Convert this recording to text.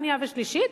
שנייה ושלישית